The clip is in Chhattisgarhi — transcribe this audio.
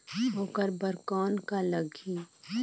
ओकर बर कौन का लगी?